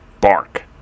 bark